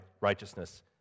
righteousness